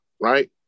right